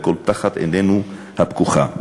והכול תחת עינינו הפקוחה,